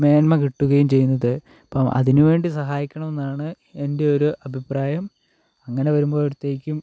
മേന്മ കിട്ടുകയും ചെയ്യുന്നത് അപ്പോൾ അതിനുവേണ്ടി സഹായിക്കണമെന്നാണ് എൻ്റെ ഒരു അഭിപ്രായം അങ്ങനെ വരുമ്പോഴേയ്ക്കും